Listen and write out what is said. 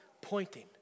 pointing